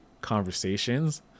conversations